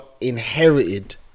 inherited